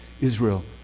Israel